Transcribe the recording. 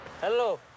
Hello